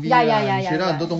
ya ya ya ya ya